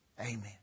Amen